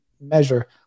measure